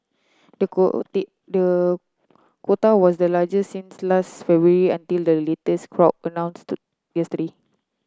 the the quota was the largest since last February until the latest crop announced yesterday